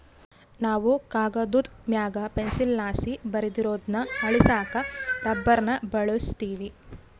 ನಾವು ಕಾಗದುದ್ ಮ್ಯಾಗ ಪೆನ್ಸಿಲ್ಲಾಸಿ ಬರ್ದಿರೋದ್ನ ಅಳಿಸಾಕ ರಬ್ಬರ್ನ ಬಳುಸ್ತೀವಿ